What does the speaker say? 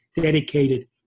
dedicated